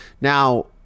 now